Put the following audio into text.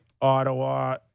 Ottawa